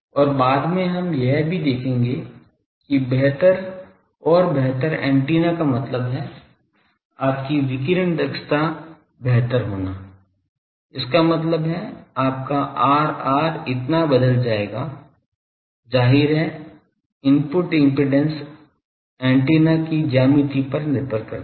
और बाद में हम यह भी देखेंगे कि बेहतर और बेहतर एंटीना का मतलब है आपकी विकिरण दक्षता बेहतर होना इसका मतलब है आपका Rr इतना बदल जाएगा जाहिर है इनपुट इम्पीडेन्स एंटीना की ज्यामिति पर निर्भर करती है